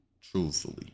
truthfully